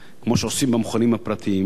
כמו שעושים במכונים הפרטיים,